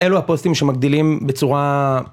אלו הפוסטים שמגדילים בצורה